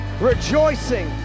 rejoicing